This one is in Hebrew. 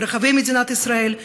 ברחבי מדינת ישראל,